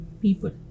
people